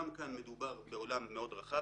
גם כאן מדובר בעולם רחב מאוד,